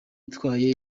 itwaye